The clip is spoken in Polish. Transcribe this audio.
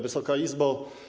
Wysoka Izbo!